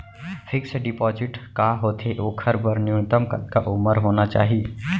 Fix deposit का होथे ओखर बर न्यूनतम कतका उमर होना चाहि?